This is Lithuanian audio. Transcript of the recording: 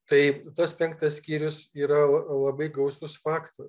tai tas penktas skyrius yra l labai gausus faktų